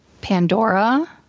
Pandora